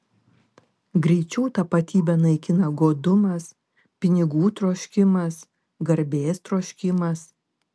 greičiau tapatybę naikina godumas pinigų troškimas garbės troškimas